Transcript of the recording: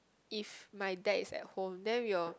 if my dad is at home then we will